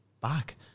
back